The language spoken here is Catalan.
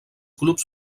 clubs